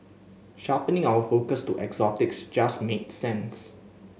sharpening our focus to exotics just made sense